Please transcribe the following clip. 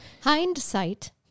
Hindsight